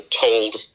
told